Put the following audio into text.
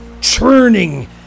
churning